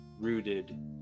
Rooted